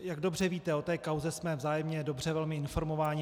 Jak dobře víte, o kauze jsme vzájemně dobře velmi informováni.